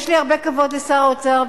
יש לי הרבה כבוד לשר האוצר,